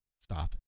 stop